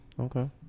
Okay